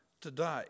today